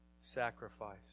sacrifice